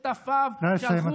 ושותפיו, נא לסיים, אדוני.